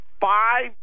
five